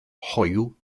hoyw